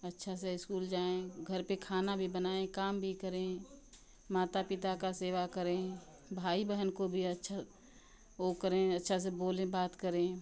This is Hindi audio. अच्छा से स्कूल जाए घर पर खाना भी बनाएँ काम भी करें माता पिता का सेवा करें भाई बहन को भी अच्छा वह करें अच्छा से बोलें बात करें